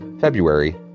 February